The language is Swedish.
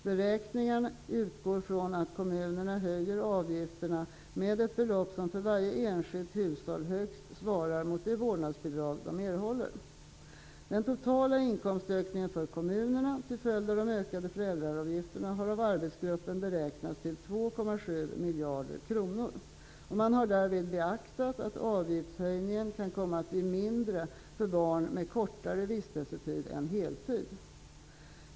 Beräkningen utgår från att kommunerna höjer avgifterna med ett belopp som för varje enskilt hushåll högst svarar mot det vårdnadsbidrag de erhåller. Den totala inkomstökningen för kommunerna till följd av de ökade föräldraavgifterna har av arbetsgruppen beräknats till 2,7 miljarder kronor. Man har därvid beaktat att avgiftshöjningen kan komma att bli mindre för barn med kortare vistelsetid än heltid.